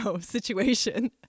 situation